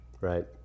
right